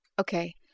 Okay